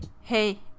Hey